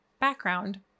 background